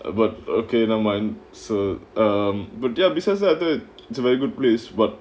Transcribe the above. but okay never mind so um but besides that it's a very good place but